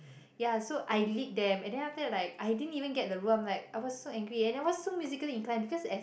yeah so I lead them and then after that like I didn't even get the role I am like I was so angry and I was so musically inclined because as